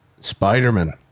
Spider-Man